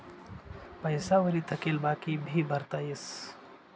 पैसा वरी थकेल बाकी भी भरता येस